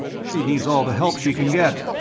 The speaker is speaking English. she needs all the help she can get.